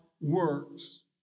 works